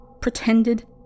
pretended